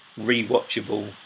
rewatchable